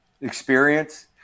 experience